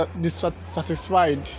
dissatisfied